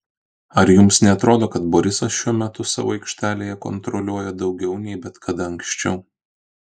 ar jums neatrodo kad borisas šiuo metu save aikštelėje kontroliuoja daugiau nei bet kada anksčiau